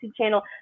channel